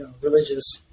religious